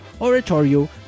oratorio